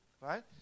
Right